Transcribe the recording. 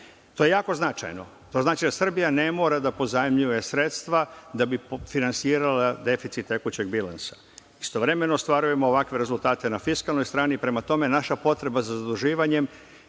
je jako značajno. To znači da Srbija ne mora da pozajmljuje sredstva da bi finansirala deficit tekućeg bilansa. Istovremeno ostvarujemo ovakve rezultate na fiskalnoj strani. Prema tome, naša potreba za zaduživanjem